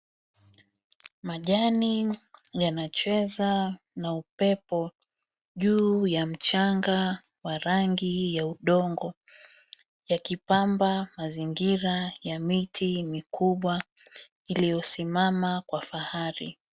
Majani yanacheza na upepo juu ya mchanga wa rangi ya udongo. Yakipamba mazingira ya miti mikubwa iliyosimama kwa fahari.